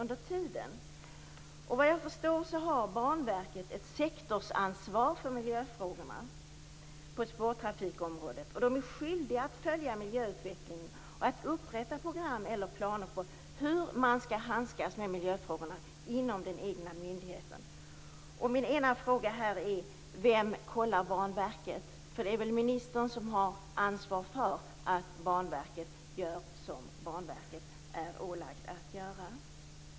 Såvitt jag förstår har Banverket ett sektorsansvar för miljöfrågorna på spårtrafikområdet. Banverket är skyldigt att följa miljöutvecklingen och upprätta program eller planer för hur man skall handskas med miljöfrågorna inom den egna myndigheten. Min fråga är: Vem kollar Banverket? Det är väl kommunikationsministern som har ansvar för att Banverket gör det som det är ålagt att göra?